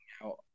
now